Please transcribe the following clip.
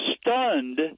stunned